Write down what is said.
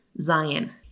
zion